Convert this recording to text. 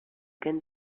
can